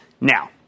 Now